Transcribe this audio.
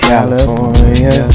California